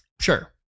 Sure